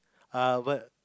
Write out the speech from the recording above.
err but